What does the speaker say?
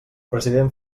president